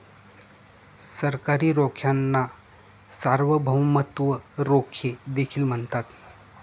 सरकारी रोख्यांना सार्वभौमत्व रोखे देखील म्हणतात